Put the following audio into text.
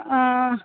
ആ